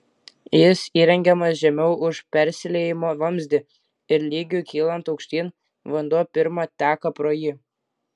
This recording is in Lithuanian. jis įrengiamas žemiau už persiliejimo vamzdį ir lygiui kylant aukštyn vanduo pirma teka pro jį